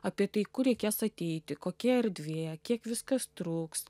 apie tai kur reikės ateiti kokia erdvė kiek viskas truks